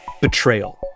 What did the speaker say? Betrayal